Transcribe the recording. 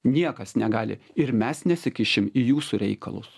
niekas negali ir mes nesikišim į jūsų reikalus